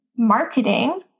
marketing